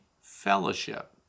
Fellowship